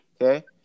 Okay